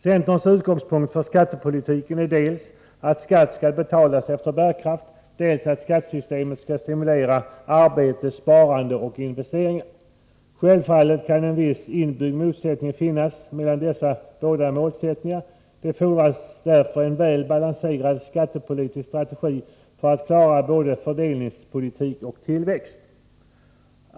Centerns utgångspunkt för skattepolitiken är dels att skatt skall betalas efter bärkraft, dels att skattesystemet skall stimulera arbete, sparande och investeringar. Självfallet kan en viss inbyggd motsättning finnas mellan dessa båda målsättningar. Det fordras därför en väl balanserad skattepolitisk strategi för att klara både fördelningspolitik och tillväxt.